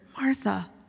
Martha